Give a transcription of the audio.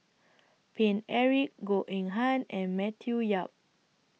Paine Eric Goh Eng Han and Matthew Yap